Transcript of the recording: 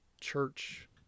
church